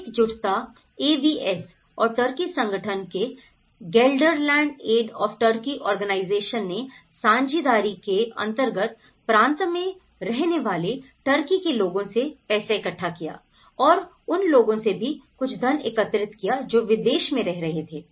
एकजुटता एवीएस और टर्की संगठन के गेल्डरलैंड एड ने साझेदारी के अंतर्गत प्रांत में रहने वाले टर्की के लोगों से पैसा इकट्ठा किया और उन लोगों से भी कुछ धन एकत्रित किया जो विदेश में रह रहे थे